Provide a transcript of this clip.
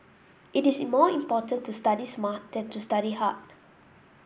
it is more important to study smart than to study hard